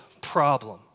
problem